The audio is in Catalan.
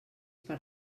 per